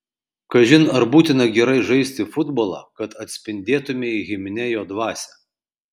kažin ar būtina gerai žaisti futbolą kad atspindėtumei himne jo dvasią